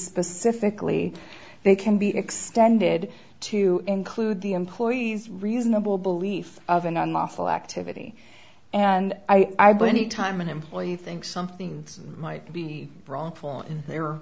specifically they can be extended to include the employees reasonable belief of an unlawful activity and i but any time an employee think something might be wrong for their